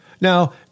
Now